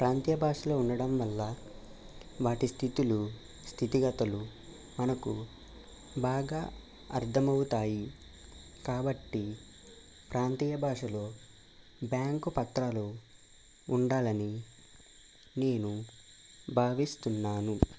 ప్రాంతీయ భాషలో ఉండడం వల్ల వాటి స్థితులు స్థితిగతులు మనకు బాగా అర్ధమవుతాయి కాబట్టి ప్రాంతీయ భాషలో బ్యాంక్ పత్రాలు ఉండాలని నేను భావిస్తున్నాను